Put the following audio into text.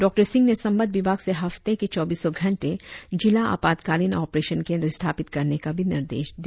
डॉ सिंह ने संबद्ध विभाग से हफ्ते के चौबिसों घंटे जिला आपातकालिन ऑपरेशन केन्द्र स्थापित करने का भी निर्देश दिया